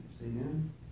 Amen